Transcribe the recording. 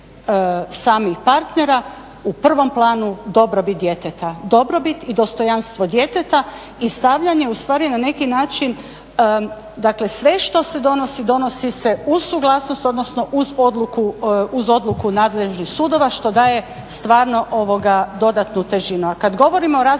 samih partnera u prvom planu dobrobit djeteta, dobrobit i dostojanstvo djeteta. I stavljanje ustvari na neki način dakle sve što se donosi, donosi se uz suglasnost odnosno uz odluku uz odluku nadležnih sudova što daje stvarno dodatnu težinu.